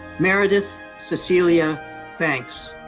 meredith cecelia banks.